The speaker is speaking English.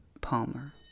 Palmer